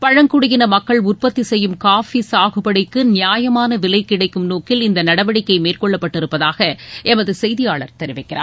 பழங்குடியின மக்கள் உற்பத்தி செய்யும் காபி சாகுபடிக்கு நியாயமான விலை கிடைக்கும் நோக்கில் இந்த நடவடிக்கை மேற்கொள்ளப்பட்டிருப்பதாக எமது செய்தியாளர் தெரிவிக்கிறார்